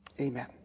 Amen